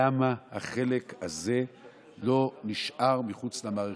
למה החלק הזה לא נשאר מחוץ למערכת.